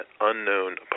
unknown